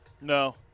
No